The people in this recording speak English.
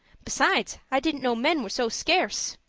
besides, i didn't know men were so skurse.